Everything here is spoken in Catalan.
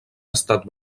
estat